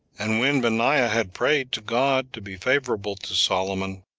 and when benaiah had prayed to god to be favorable to solomon,